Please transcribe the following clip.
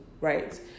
right